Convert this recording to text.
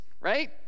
right